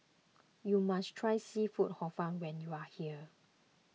you must try Seafood Hor Fun when you are here